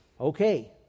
Okay